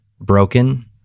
broken